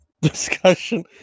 discussion